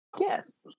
Yes